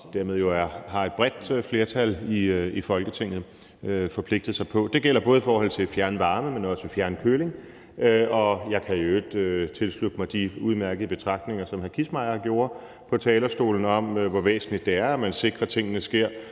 os, og som et bredt flertal i Folketinget jo har forpligtet sig på. Det gælder både i forhold til fjernvarme, men også fjernkøling, og jeg kan i øvrigt tilslutte mig de udmærkede betragtninger, som hr. Carsten Kissmeyer gjorde på talerstolen, om, hvor væsentligt det er, at man sikrer, at tingene sker